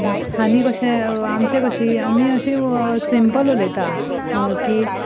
आनी कशें आमचें कशी आमी अशी सिंपल उलयता की